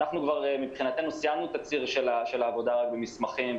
אנחנו כבר מבחינתנו סיימנו את הציר של העבודה רק במסמכים,